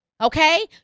Okay